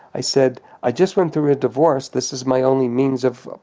i said i just went through a divorce, this is my only means of,